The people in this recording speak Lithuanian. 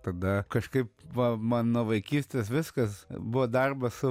tada kažkaip va man nuo vaikystės viskas buvo darbas su